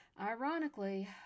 ironically